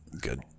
good